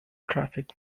traffic